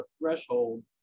threshold